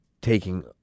taking